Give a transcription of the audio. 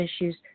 issues